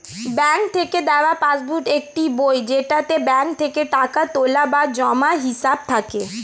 bank থেকে দেওয়া passbook একটি বই যেটাতে ব্যাঙ্ক থেকে টাকা তোলা বা জমার হিসাব থাকে